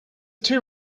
too